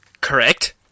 Correct